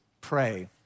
pray